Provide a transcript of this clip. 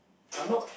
I'm not